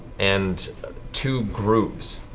and two grooves.